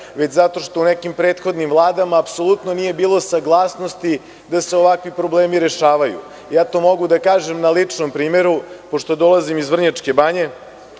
već zato što u nekim prethodnim vladama apsolutno nije bilo saglasnosti da se ovakvi problemi rešavaju. To mogu da kažem na ličnom primeru, pošto dolazim iz Vrnjačke Banje,